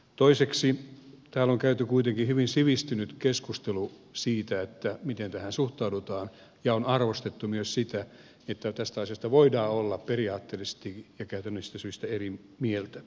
toiseksi täällä on käyty kuitenkin hyvin sivistynyt keskustelu siitä miten tähän suhtaudutaan ja on arvostettu myös sitä että tästä asiasta voidaan olla periaatteellisista ja käytännöllisistä syistä eri mieltä